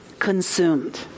consumed